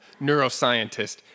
neuroscientist